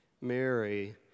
Mary